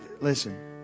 listen